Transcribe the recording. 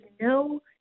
no